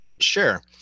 Sure